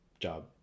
job